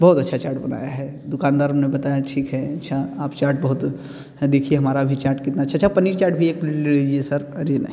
बहुत अच्छी चाट बनाई है दूकानदारों ने बताया ठीक है अच्छा आप चाट बहुत देखिए हमारा भी चाट कितनी अच्छा अच्छा पनीर चाट भी एक प्लेट ले आइए सर अरे नहीं